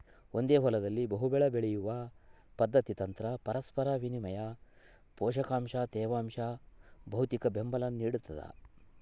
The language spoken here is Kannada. ಒಂದೇ ಹೊಲದಲ್ಲಿ ಬಹುಬೆಳೆ ಬೆಳೆಯುವ ಪದ್ಧತಿ ತಂತ್ರ ಪರಸ್ಪರ ವಿನಿಮಯ ಪೋಷಕಾಂಶ ತೇವಾಂಶ ಭೌತಿಕಬೆಂಬಲ ನಿಡ್ತದ